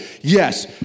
Yes